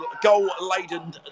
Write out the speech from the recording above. goal-laden